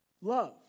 Love